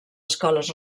escoles